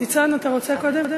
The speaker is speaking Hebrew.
אתה רוצה קודם?